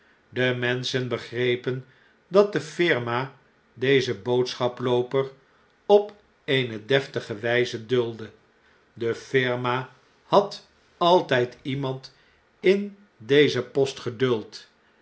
de menschen begrepen dat de firma dezen boodsehaplooper op eene deftige wijze duldde de firma had altgd iemand in dezen post geduld